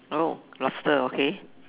oh lobster okay